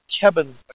cabins